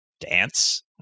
dance